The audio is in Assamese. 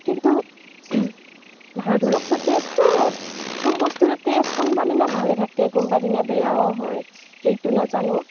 কিন্তু বাৰু ধৰকচোন টেষ্টটো চব বস্তুৰে টেষ্ট কোনবাদিনা ভালে থাকে কোনবা দিনা বেয়াও হয় সেইটো নাজানো